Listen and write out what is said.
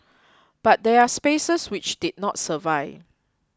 but there are spaces which did not survive